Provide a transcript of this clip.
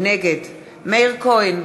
נגד מאיר כהן,